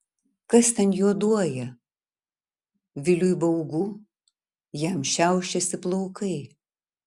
kas ten juoduoja viliui baugu jam šiaušiasi plaukai